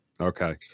Okay